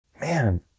man